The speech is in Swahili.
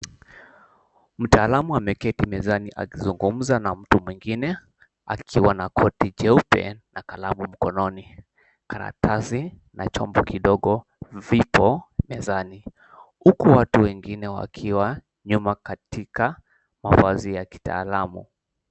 Mtaalamu ameketi mezani akizungumza na mtu mwingine akiwa na koti jeupe na kalamu mkononi, karatasi na chombo kidogo vipo mezani huku watu wengine wakiwa nyuma katika mavazi ya kitaalamu.